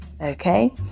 Okay